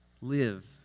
live